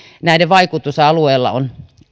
näiden vaikutusalueella on